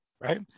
right